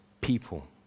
people